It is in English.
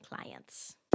clients